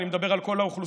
אני מדבר על כל האוכלוסיות,